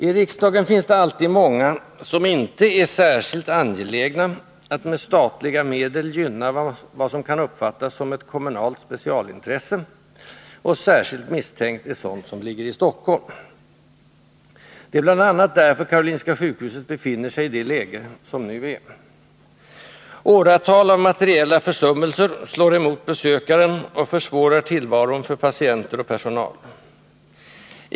I riksdagen finns det alltid många som inte är särskilt angelägna att med statliga medel gynna vad som kan uppfattas som ett kommunalt specialintresse, och särskilt misstänkt är sådant som ligger i Stockholm. Det är bl.a. därför Karolinska sjukhuset befinner sig i det läge som nu är. Åratal av materiella försummelser slår emot besökaren och försvårar tillvaron för patienter och personal.